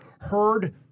heard